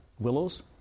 willows